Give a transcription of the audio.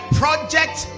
project